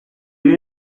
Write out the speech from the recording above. you